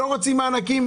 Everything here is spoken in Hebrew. אנשים לא רוצים מענקים,